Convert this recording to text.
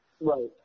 Right